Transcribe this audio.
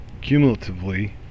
cumulatively